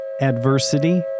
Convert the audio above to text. Adversity